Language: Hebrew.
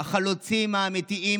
החלוצים האמיתיים,